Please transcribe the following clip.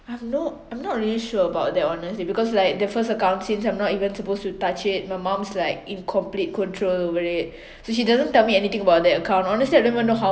I have no I'm not really sure about that honestly because like the first account since I'm not even supposed to touch it my mom's like in complete control over it so she doesn't tell me anything about that account honestly I really don't know how